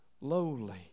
lowly